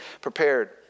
prepared